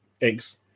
eggs